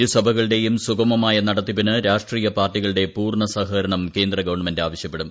ഇരു സഭകളുടെയും സുഗമമായ നടത്തിപ്പിന് രാഷ്ട്രീയ പാർട്ടികളുടെ പൂർണ്ണ സഹകരണം കേന്ദ്ര ഗവൺമെന്റ് ആവശ്യപ്പെടും